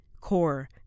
CORE